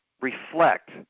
reflect